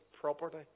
property